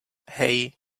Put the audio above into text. hej